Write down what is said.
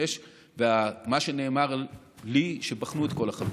מה שנאמר לי הוא שבחנו את כל החלופות.